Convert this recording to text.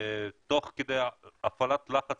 תוך כדי הפעלת לחץ